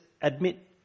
admit